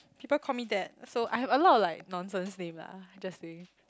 people called me that so I have a lot of like nonsense name lah just say